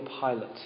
pilot